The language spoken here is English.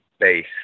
base